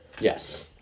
Yes